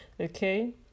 okay